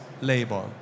labor